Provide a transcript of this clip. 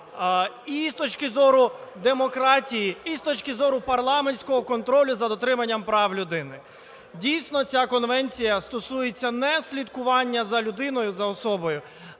і з точки зору демократії, і з точки зору парламентського контролю за дотриманням прав людини. Дійсно, ця конвенція стосується не слідкування за людиною, за особою,